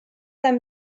them